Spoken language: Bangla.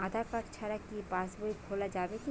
আধার কার্ড ছাড়া কি পাসবই খোলা যাবে কি?